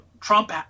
Trump